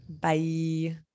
Bye